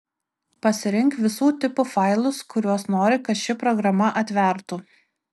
pasirink visų tipų failus kuriuos nori kad ši programa atvertų